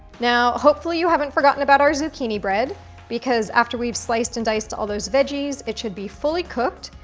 now, hopefully you haven't forgotten about our zucchini bread because after we've sliced and diced all those veggies, it should be fully cooked.